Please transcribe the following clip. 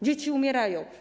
Dzieci umierają.